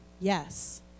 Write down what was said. Yes